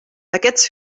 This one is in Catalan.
aquests